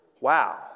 Wow